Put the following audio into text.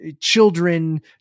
children